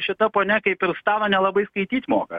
šita ponia kaip ir stano nelabai skaityt moka